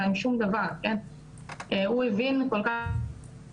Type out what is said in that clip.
וגם אחרי שכבר יצאתי מהזוגיות הזאת הוא המשיך לעקוב אחריי.